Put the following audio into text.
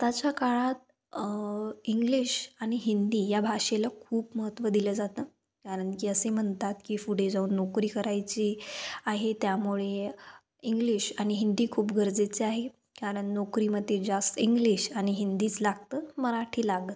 आताच्या काळात इंग्लिश आणि हिंदी या भाषेला खूप महत्त्व दिलं जातं कारण की असे म्हणतात की पुढे जाऊन नोकरी करायची आहे त्यामुळे इंग्लिश आणि हिंदी खूप गरजेचे आहे कारण नोकरीमध्ये जास्त इंग्लिश आणि हिंदीच लागतं मराठी लागतं नाही